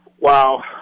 Wow